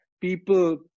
people